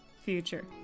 future